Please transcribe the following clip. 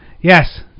yes